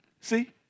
See